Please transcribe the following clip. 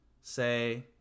Say